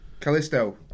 Callisto